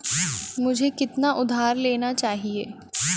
मुझे कितना उधार लेना चाहिए?